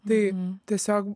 tai tiesiog